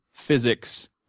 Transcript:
physics